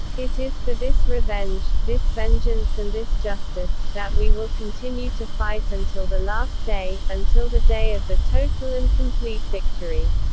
it is for this revenge, this vengeance and this justice, that we will continue to fight until the last day, until the day of the total and complete victory.